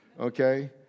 okay